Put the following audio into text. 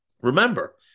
Remember